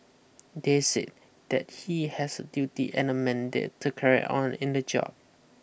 they said that he has a duty and a mandate to carry on in the job